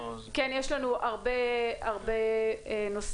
כן, יש לנו הרבה נושאים.